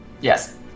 Yes